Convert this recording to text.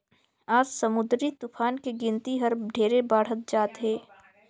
आज समुददरी तुफान के गिनती हर ढेरे बाढ़त जात हे